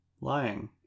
lying